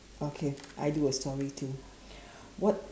okay I do a story too what